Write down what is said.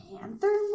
Panther